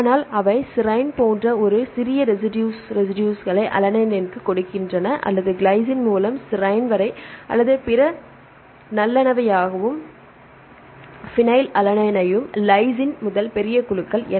ஆனால் அவை செரீன் போன்ற ஒரு சிறிய ரெசிடுஸ் ரெசிடுஸ்களை அலனைனுக்கு கொடுக்கின்றன அல்லது கிளைசின் முதல் செரீன் வரை அல்லது அவை பிநைல்லனனையையும் லைசின் முதல் பெரிய குழுக்கள்